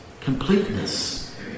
Completeness